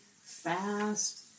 fast